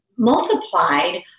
multiplied